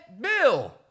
Bill